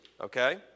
Okay